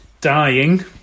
dying